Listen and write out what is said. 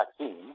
vaccine